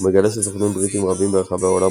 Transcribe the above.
הוא מגלה שסוכנים בריטים רבים ברחבי העולם